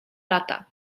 lata